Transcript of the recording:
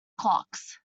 clocks